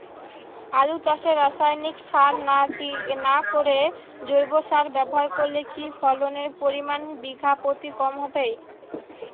আলু চাষে রাসায়নিক সার না করে জৈব সার ব্যবহার করলে কি ফলনের পরিমান বিঘা প্রতি কম হবে?